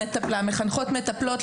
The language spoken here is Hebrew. מטפלות,